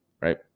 right